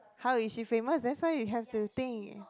how is she famous that's why you have to think